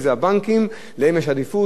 יש גם עדיפות לספקים,